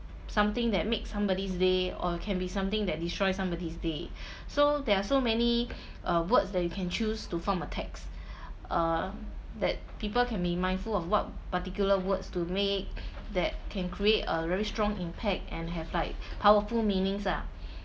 something that make somebody's day or can be something that destroy somebody's day so there are so many words that you can choose to form a text uh that people can be mindful of what particular words to make that can create a really strong impact and have like powerful meanings ah